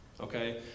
Okay